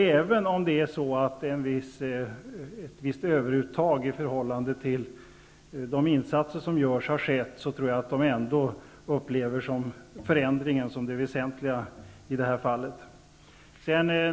Även om det skett ett visst överuttag i förhållande till de insatser som gjorts, tror jag ändå att de upplever förändringen som det väsentliga i det här fallet.